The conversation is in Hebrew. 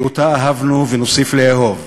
כי אותה אהבנו ונוסיף לאהוב,